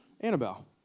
Annabelle